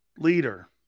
leader